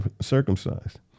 circumcised